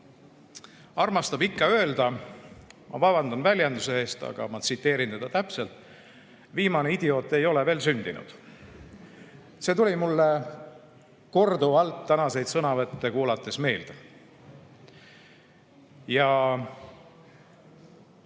armastab ikka öelda – ma vabandan väljenduse eest, aga ma tsiteerin teda täpselt: viimane idioot ei ole veel sündinud. See tuli mulle tänaseid sõnavõtte kuulates korduvalt